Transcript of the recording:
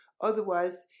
otherwise